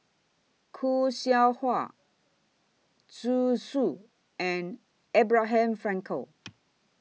Khoo Seow Hwa Zhu Xu and Abraham Frankel